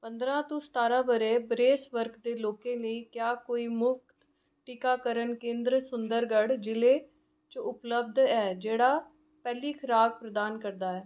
पंदरां तों सतारां ब'रे बरेस वर्ग दे लोकें लेई क्या कोई मुख्त टीकाकरण केंदर सुंदरगढ़ जि'ले च उपलब्ध है जेह्ड़ा पैह्ली खराक प्रदान करदा ऐ